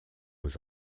was